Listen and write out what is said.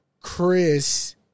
Chris